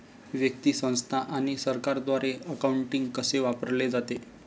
व्यक्ती, संस्था आणि सरकारद्वारे अकाउंटिंग कसे वापरले जाते